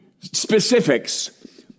specifics